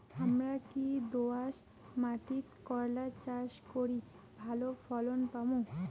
হামরা কি দোয়াস মাতিট করলা চাষ করি ভালো ফলন পামু?